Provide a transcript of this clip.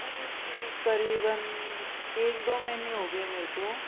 ma'am ये करीबन एक दो महीने हो गए मुझे